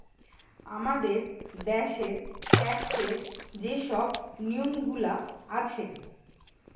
আমাদের দ্যাশের ট্যাক্সের যে শব নিয়মগুলা আছে